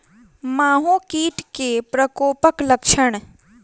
माहो कीट केँ प्रकोपक लक्षण?